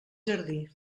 jardí